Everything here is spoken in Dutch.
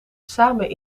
samen